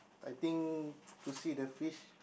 I think to see the fish